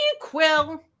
quill